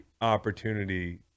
opportunity